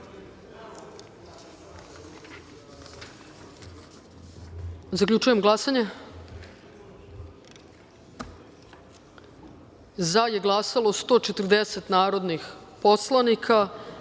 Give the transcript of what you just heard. glasate. Zaključujem glasanje: za je glasalo 140 narodnih poslanika